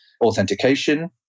authentication